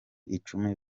icumi